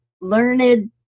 learned